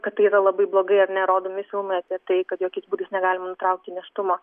kad tai yra labai blogai ar ne rodomi filmai tai kad jokiais būdais negalima nutraukti nėštumo